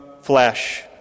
flesh